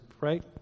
right